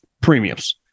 premiums